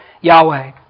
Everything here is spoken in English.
Yahweh